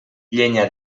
llenya